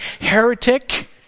heretic